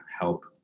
help